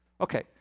Okay